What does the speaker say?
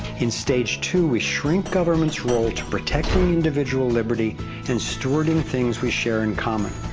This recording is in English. in stage two, we shrink government's role to protecting the individual liberty and stewarding things we share in common,